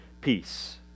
peace